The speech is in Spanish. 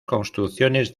construcciones